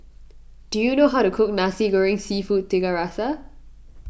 do you know how to cook Nas Goreng Seafood Tiga Rasa